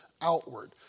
outward